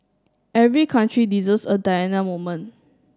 every country deserves a Diana moment